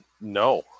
No